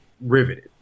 riveted